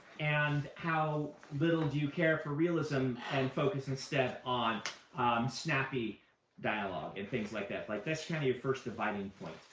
and how little do you care for realism and focus instead on snappy dialogue, and things like that. like, that's kind of your first dividing point.